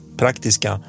praktiska